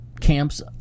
camps